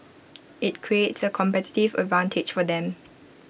IT creates A competitive advantage for them